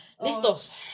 Listos